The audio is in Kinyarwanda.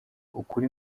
ukuri